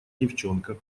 девчонка